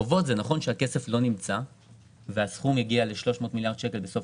על הסכום שהגיע ל-300 מיליארד שקל בסוף